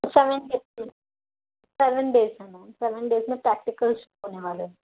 seven days seven days ہیں madam seven days میں practical شروع ہونے والے ہیں